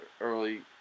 early